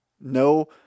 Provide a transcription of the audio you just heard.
No